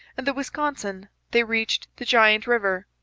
and the wisconsin they reached the giant river,